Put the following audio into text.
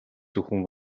зөвхөн